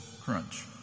crunch